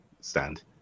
stand